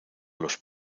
los